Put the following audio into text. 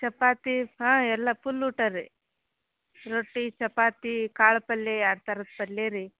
ಚಪಾತಿ ಹಾಂ ಎಲ್ಲ ಫುಲ್ ಊಟ ರೀ ರೊಟ್ಟಿ ಚಪಾತಿ ಕಾಳು ಪಲ್ಯ ಎರಡು ಥರದ ಪಲ್ಯ ರೀ